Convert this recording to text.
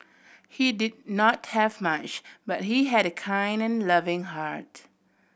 he did not have much but he had a kind loving heart